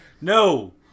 No